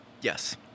Yes